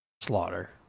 slaughter